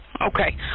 Okay